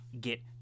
get